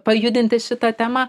pajudinti šitą temą